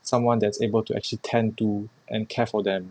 someone that's able to actually tend to and care for them